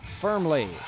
firmly